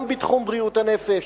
גם בתחום בריאות הנפש,